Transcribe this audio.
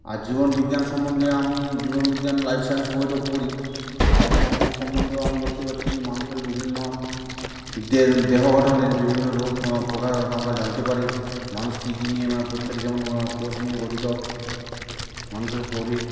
আর জীবনবিজ্ঞান সম্বন্ধে আমি জীবনবিজ্ঞান লাইফ সায়েন্স বইটাও পড়ি লাইফ সায়েন্সের সম্বন্ধেও আমি দেখতে পাচ্ছি কি মানুষের বিভিন্ন দে দেহ গঠনের বিভিন্ন রূপ প্রকাশ আমরা জানতে পারি মানুষ কী কী নিয়ে মানে প্রত্যেকটা যেমন আমরা কোষ নিয়ে গঠিত মানুষের শরীর